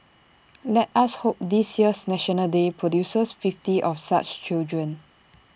let us hope this year's National Day produces fifty of such children